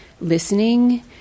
listening